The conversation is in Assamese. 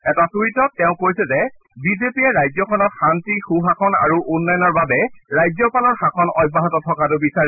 এটা টুইটত তেওঁ কৈছে যে বিজেপিয়ে ৰাজ্যখনত শান্তি সুশাসনত আৰু উন্নয়নৰ বাবে ৰাজ্যপালৰ শাসন অব্যাহত থকাটো বিচাৰে